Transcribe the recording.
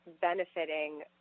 benefiting